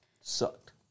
Sucked